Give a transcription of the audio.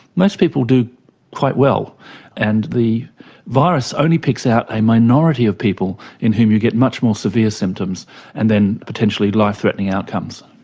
most people do quite well and the virus only picks out a minority of people in whom you get much more severe symptoms and then potentially life-threatening outcomes.